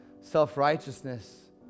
self-righteousness